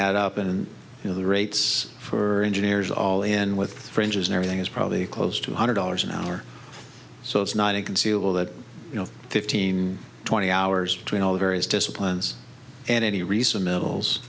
add up and you know the rates for engineers all in with ranges everything is probably close to one hundred dollars an hour so it's not inconceivable that you know fifteen twenty hours between all the various disciplines and any recent metals